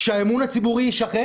שהאמון הציבורי יישחק